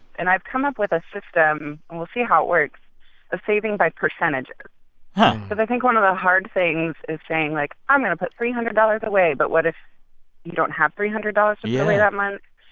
and i've come up with a system and we'll see how it works a saving by percentages because i think one of the hard things is saying, like, i'm going to put three hundred dollars away. but what if you don't have three hundred dollars to put and yeah away that month?